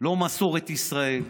לא מסורת ישראל,